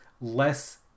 less